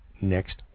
next